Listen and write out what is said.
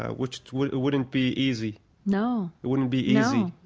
ah which wouldn't wouldn't be easy no it wouldn't be easy